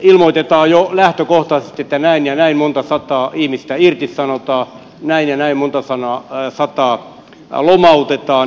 ilmoitetaan jo lähtökohtaisesti että näin ja näin monta sataa ihmistä irtisanotaan näin ja näin monta sataa lomautetaan